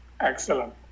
Excellent